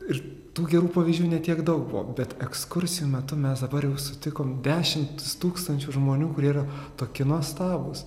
ir tų gerų pavyzdžių ne tiek daug buvo bet ekskursijų metu mes dabar jau sutikom dešimtis tūkstančių žmonių kurie yra toki nuostabūs